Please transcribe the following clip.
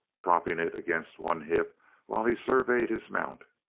propping it against one hip while he surveyed his mount.